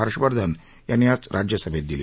हर्षवर्धन यांनी आज राज्यसभेत दिली